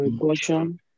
question